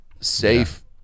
safe